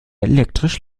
elektrisch